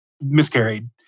miscarried